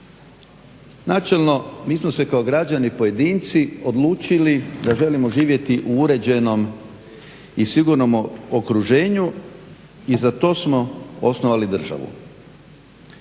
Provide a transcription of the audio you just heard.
Načelno mi smo se kao građani pojedinci odlučili da želimo živjeti u uređenom i sigurnom okruženju i za to smo osnovali državu.